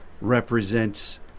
represents